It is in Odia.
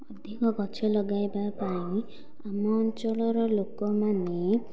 ଅଧିକ ଗଛ ଲଗାଇବା ପାଇଁ ଆମ ଅଞ୍ଚଳର ଲୋକମାନେ